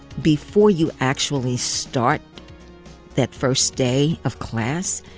before you actually start that first day of class,